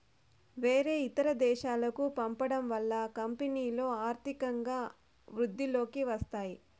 వేరే ఇతర దేశాలకు పంపడం వల్ల కంపెనీలో ఆర్థికంగా వృద్ధిలోకి వస్తాయి